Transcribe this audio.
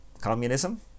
communism